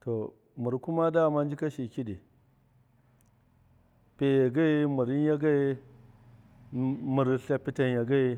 to mɨrr kuma nji kshi kidi pyoya gaiyi. rɨnya gaiyi. tlyepitenya gaiyi.